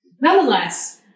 Nonetheless